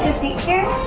seat here